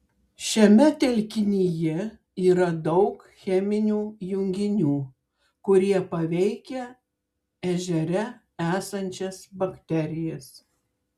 šiame telkinyje yra daug cheminių junginių kurie paveikia ežere esančias bakterijas